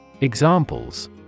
Examples